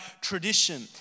tradition